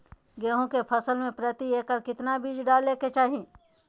गेहूं के फसल में प्रति एकड़ कितना बीज डाले के चाहि?